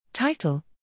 Title